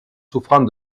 souffrant